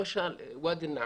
למשל, ואדי אל נעם,